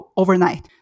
overnight